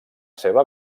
seva